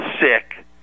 sick